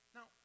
Now